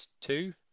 two